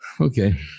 Okay